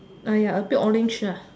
!aiya! a bit orange lah